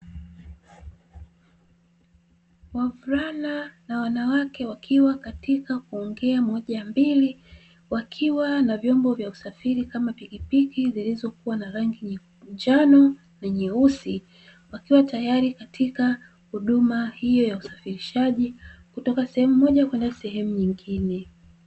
Wavulana na wanawake wakiwa katika kuongea moja mbili wakiwa na vyombo vya usafiri kama pikipiki zilizokuwa na rangi ya njano na nyeusi, wakiwa tayari katika huduma hiyo ya usafirishaji kutoka sehemu moja kwenda sehemu nyingine.